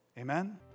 Amen